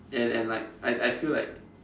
and and like I I feel like